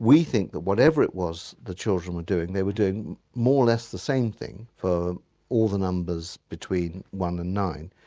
we think that whatever it was the children were doing, they were doing more or less the same thing for all the numbers between one and nine.